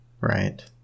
Right